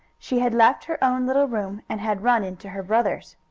she had left her own little room and had run into her brother's.